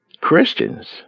Christians